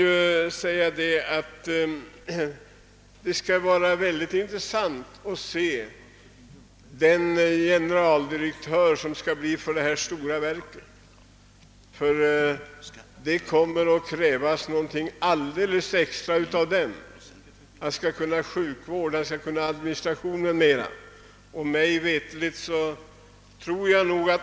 Jag måste säga att det skulle vara intressant att se den generaldirektör som skall bli chef för detta stora verk. Det kommer att krävas något alldeles extra av den generaldirektören. Han skall kunna sjukvård, han skall kunna administration o. s. v.